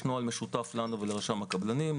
יש נוהל משותף לנו ולרשם הקבלנים,